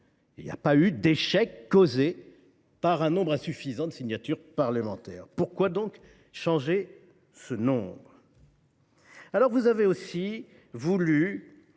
Il n’y a pas eu d’échec causé par un nombre insuffisant de signatures de parlementaires ! Pourquoi alors changer ce nombre ? Vous voulez aussi,